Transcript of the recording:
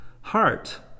heart